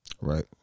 Right